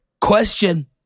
question